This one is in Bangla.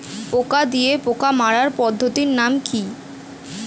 পোকা দিয়ে পোকা মারার পদ্ধতির নাম কি?